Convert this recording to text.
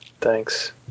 thanks